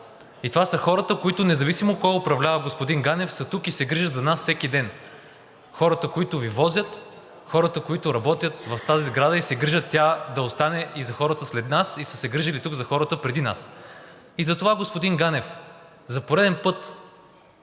Това са хората, които независимо кой управлява, господин Ганев, са тук и се грижат за нас всеки ден. Хората, които Ви возят, хората, които работят в тази сграда и се грижат тя да остане и за хората след нас и са се грижили тук за хората преди нас. Затова, господин Ганев, за пореден път